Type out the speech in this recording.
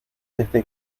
desde